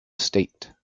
state